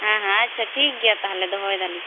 ᱦᱮᱸ ᱦᱮᱸ ᱟᱪᱪᱷᱟ ᱴᱷᱤᱠ ᱜᱮᱭᱟ ᱛᱟᱦᱚᱞᱮ ᱫᱚᱦᱚᱭᱮᱫᱟᱞᱤᱧ